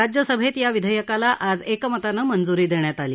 राज्यसभेत या विधेयकाला आज एकमतानं मंज्री देण्यात आली